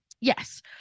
yes